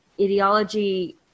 ideology